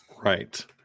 Right